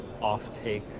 off-take